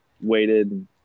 waited